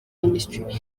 ministries